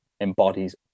embodies